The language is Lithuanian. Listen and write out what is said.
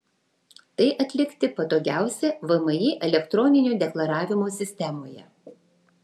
tai atlikti patogiausia vmi elektroninio deklaravimo sistemoje